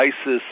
ISIS